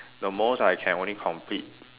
the most I can only complete